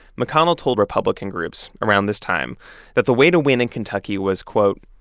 mcconnell told republican groups around this time that the way to win in kentucky was, quote,